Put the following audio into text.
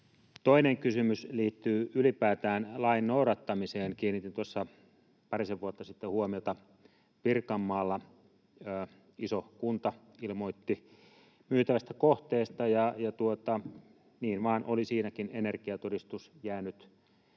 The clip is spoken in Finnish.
Toinen kysymys liittyy ylipäätään lain noudattamiseen. Kiinnitin tuossa parisen vuotta sitten huomiota siihen, että Pirkanmaalla iso kunta ilmoitti myytävästä kohteesta ja niin vain oli siinäkin energiatodistus jäänyt